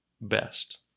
best